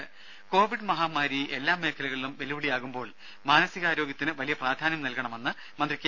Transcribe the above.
രും കോവിഡ് മേഖലകളിലും വെല്ലുവിളിയാകുമ്പോൾ മാനസികാരോഗ്യത്തിന് വലിയ പ്രാധാന്യം നൽകണമെന്ന് മന്ത്രി കെ